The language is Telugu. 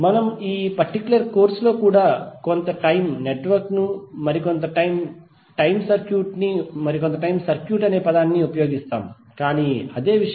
మనము ఈ ప్రత్యేక కోర్సులో కూడా కొంత టైమ్ నెట్వర్క్ ను మరి కొంత టైమ్ సర్క్యూట్ ని ఉపయోగిస్తాము కానీ అదే విషయం